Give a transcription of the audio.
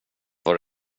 var